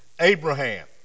Abraham